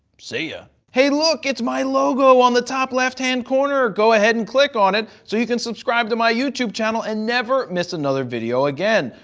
see you. hey, look, it's my logo on the top left-hand corner. go ahead and click on it, so you can subscribe to my youtube channel and never miss another video again.